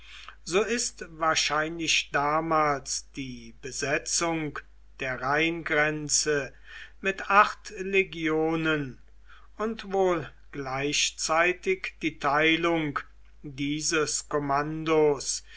so ist wahrscheinlich damals die besetzung der rheingrenze mit acht legionen und wohl gleichzeitig die teilung dieses kommandos